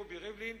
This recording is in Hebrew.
רובי ריבלין,